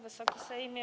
Wysoki Sejmie!